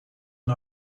een